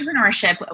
entrepreneurship